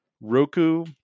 Roku